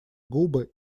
губы